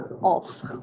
off